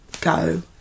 go